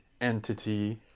entity